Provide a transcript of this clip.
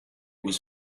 was